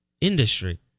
industry